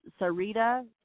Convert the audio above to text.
Sarita